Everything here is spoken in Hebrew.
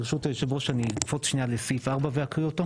ברשות היושב ראש אני אקפוץ שנייה לסעיף 4 ואקריא אותו?